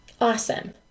awesome